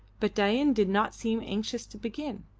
but dain did not seem anxious to begin.